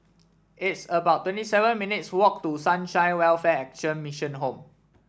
it's about twenty seven minutes' walk to Sunshine Welfare Action Mission Home